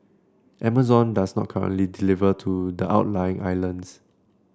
Amazon does not currently deliver to the outlying islands